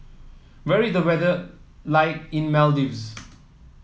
where is the weather like in Maldives